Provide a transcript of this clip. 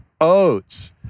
oats